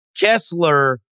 Kessler